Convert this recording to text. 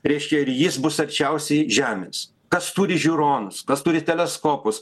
reiškia ir jis bus arčiausiai žemės kas turi žiūronus kas turi teleskopus